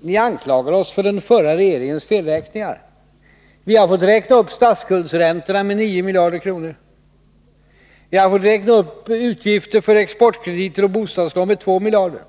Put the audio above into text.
ni anklagar oss för den förra regeringens felräkningar. Vi har fått räkna upp statsskuldsräntorna med 9 miljarder kronor. Vi har fått räkna upp utgifterna för exportkrediter och bostadslån med 2 miljarder.